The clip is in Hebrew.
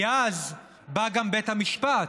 כי אז בא גם בית המשפט.